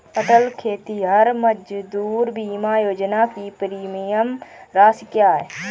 अटल खेतिहर मजदूर बीमा योजना की प्रीमियम राशि क्या है?